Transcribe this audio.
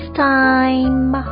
time